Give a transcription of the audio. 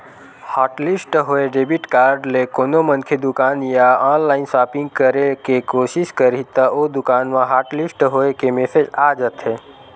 hotlist होए debit card ले कोनो मनखे दुकान या ऑनलाईन सॉपिंग करे के कोसिस करही त ओ दुकान म हॉटलिस्ट होए के मेसेज आ जाथे